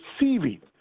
receiving